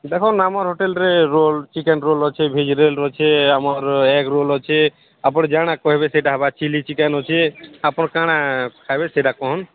ଦେଖୁନ୍ ଆମର୍ ହୋଟେଲରେ ରୋଲ୍ ଚିକେନ୍ ରୋଲ୍ ଅ ଭେଜ୍ ରୋଲ୍ ଅଛେ ଆମର୍ ଏଗ୍ ରୋଲ୍ ଅଛେ ଆପଣ ଜାଣା କହିବେ ସେଇଟା ହେବା ଚିଲ୍ଲୀ ଚିକେନ୍ ଅଛେ ଆପଣ କାଣା ଖାଇବେ ସେଇଟା କହନ୍